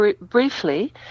briefly